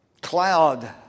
cloud